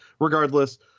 Regardless –